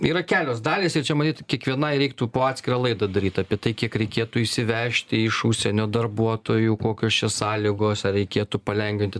yra kelios dalys ir čia matyt kiekvienai reiktų po atskirą laidą daryt apie tai kiek reikėtų įsivežti iš užsienio darbuotojų kokios čia sąlygos ar reikėtų palengvinti